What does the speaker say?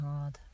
hard